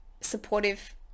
supportive